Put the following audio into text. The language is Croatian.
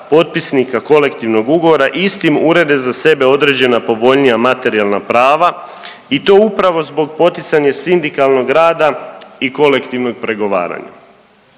potpisnika kolektivnog ugovora istim urede za sebe određena povoljnija materijalna prava i to upravo zbog poticanja sindikalnog rada i kolektivnog pregovaranja.